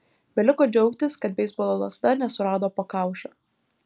beliko džiaugtis kad beisbolo lazda nesurado pakaušio